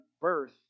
birth